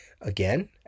again